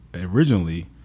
originally